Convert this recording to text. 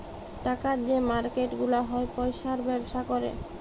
টাকার যে মার্কেট গুলা হ্যয় পয়সার ব্যবসা ক্যরে